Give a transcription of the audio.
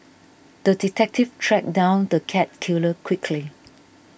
the detective tracked down the cat killer quickly